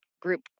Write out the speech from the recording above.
Group